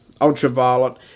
Ultraviolet